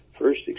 first